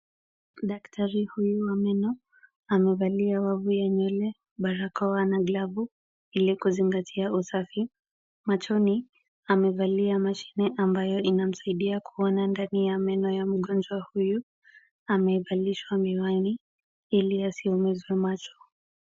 Daktari huyu wa meno amevalia wavu ya nywele, barakoa na glavu ili kuzingatia usafi. Machoni amevalia mashine ambayo inamsaidia kuona ndani ya meno ya mgonjwa huyu amevalishwa miwani ili asiumizwe macho.